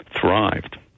thrived